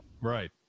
Right